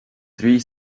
three